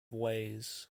ways